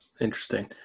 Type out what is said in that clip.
interesting